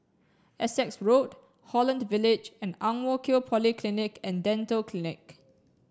Essex Road Holland Village and Ang Mo Kio Polyclinic and Dental Clinic